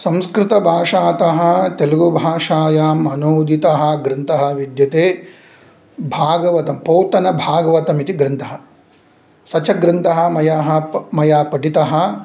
संस्कृतभाषातः तेलुगुभाषायाम् अनूदितः ग्रन्थः विद्यते भागवतं पौतनभागवतमिति ग्रन्थः स च ग्रन्थः मया प मया पठितः